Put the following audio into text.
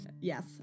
Yes